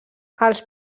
els